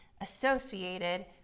associated